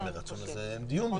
אם זה מרצון אז אין דיון בכלל.